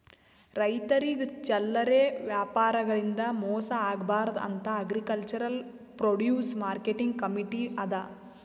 ರೈತರಿಗ್ ಚಲ್ಲರೆ ವ್ಯಾಪಾರಿಗಳಿಂದ್ ಮೋಸ ಆಗ್ಬಾರ್ದ್ ಅಂತಾ ಅಗ್ರಿಕಲ್ಚರ್ ಪ್ರೊಡ್ಯೂಸ್ ಮಾರ್ಕೆಟಿಂಗ್ ಕಮೀಟಿ ಅದಾ